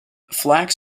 flax